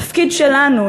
התפקיד שלנו,